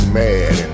mad